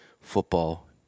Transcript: football